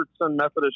Methodist